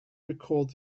record